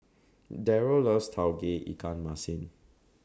Darold loves Tauge Ikan Masin